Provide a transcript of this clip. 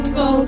go